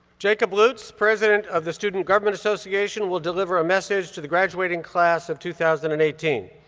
jacob lutz, president of the student government association, will deliver a message to the graduating class of two thousand and eighteen.